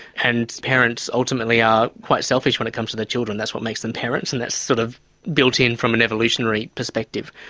and parents ultimately are quite selfish when it comes to their children that's what makes them parents and that's sort of built in from an evolutionary perspective.